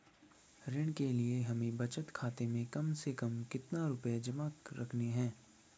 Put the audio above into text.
ऋण के लिए हमें बचत खाते में कम से कम कितना रुपये जमा रखने हैं?